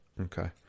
Okay